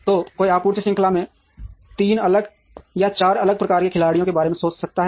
तो कोई आपूर्ति श्रृंखला में 3 अलग या 4 अलग प्रकार के खिलाड़ियों के बारे में सोच सकता है